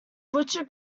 butcher